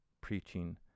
preaching